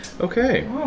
Okay